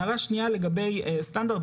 הערה שנייה לגבי סטנדרט,